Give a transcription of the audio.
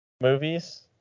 movies